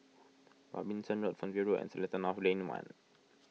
Robinson Road Fernvale Road and Seletar North Lane one